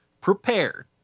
prepared